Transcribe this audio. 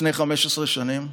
לפני 15 שנים,